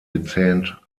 gezähnt